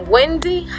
Wendy